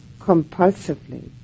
compulsively